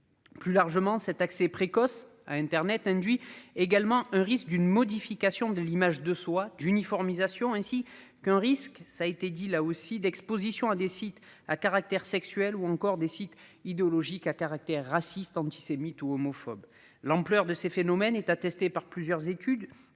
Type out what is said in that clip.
Plus largement, cet accès précoce à Internet induit également un risque d'une modification de l'image de soi, d'uniformisation, ainsi qu'un risque ça a été dit là aussi d'Exposition à des sites à caractère sexuel ou encore des sites idéologique à caractère raciste, antisémite ou homophobe. L'ampleur de ces phénomènes est attestée par plusieurs études